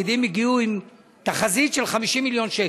הפקידים הגיעו עם תחזית של 50 מיליון שקל.